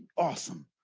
awesome.